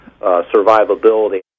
survivability